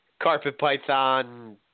carpetpython